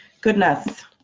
goodness